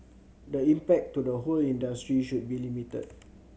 the impact to the whole industry should be limited